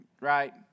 Right